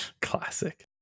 Classic